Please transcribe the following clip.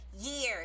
years